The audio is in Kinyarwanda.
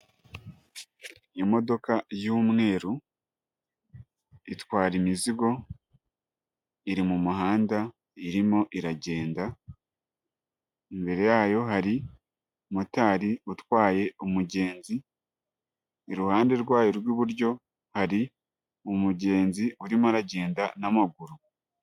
Imodoka y'umweru itwara imizigo iri mu muhanda irimo iragenda, imbere yayo hari motari utwaye umugenzi, iruhande rwayo rw'iburyo hari umugenzi urimo uragenda n'amaguru.